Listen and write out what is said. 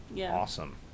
awesome